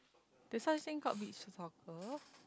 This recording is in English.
the signs thing called beach soccer